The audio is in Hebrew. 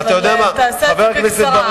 אבל תעשה את זה בקצרה.